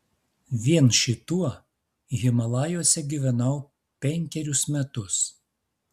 vien šituo himalajuose gyvenau penkerius metus